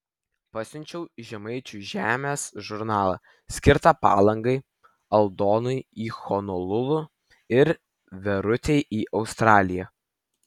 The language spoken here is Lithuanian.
pasiunčiau žemaičių žemės žurnalą skirtą palangai aldonai į honolulu ir verutei į australiją